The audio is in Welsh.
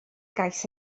gais